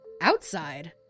Outside